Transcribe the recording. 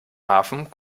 hafen